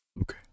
Okay